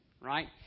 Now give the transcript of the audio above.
Right